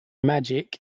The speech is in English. magic